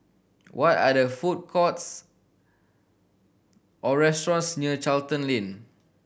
what are the food courts or restaurants near Charlton Lane